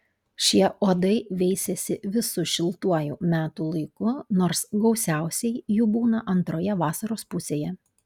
šie uodai veisiasi visu šiltuoju metų laiku nors gausiausiai jų būna antroje vasaros pusėje